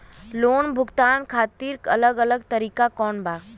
Loan भुगतान खातिर अलग अलग तरीका कौन बा?